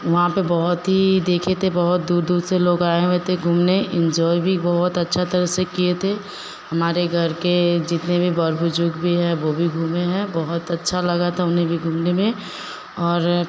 वहाँ पर बहुत ही देखे थे बहुत दूर दूर से लोग आए हुए थे घूमने इन्जॉय भी बहुत अच्छा तरह से किए थे हमारे घर के जितने भी बड़े बुज़ुग भी है वे भी घूमे हैं बहुत अच्छा लगा था उन्हें भी घूमने में और